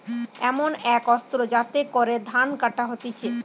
এমন এক অস্ত্র যাতে করে ধান কাটা হতিছে